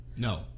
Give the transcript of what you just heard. No